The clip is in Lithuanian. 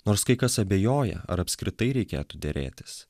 nors kai kas abejoja ar apskritai reikėtų derėtis